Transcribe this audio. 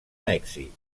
mèxic